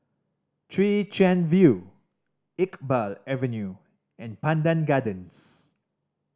Chwee Chian View Iqbal Avenue and Pandan Gardens